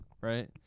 right